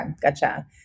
gotcha